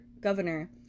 Governor